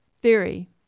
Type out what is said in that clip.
Theory